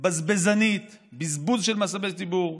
בזבזנית, בזבוז של משאבי ציבור,